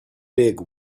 big